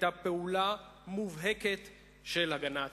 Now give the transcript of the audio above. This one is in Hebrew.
היתה פעולה מובהקת של הגנה עצמית.